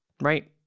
right